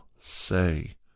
say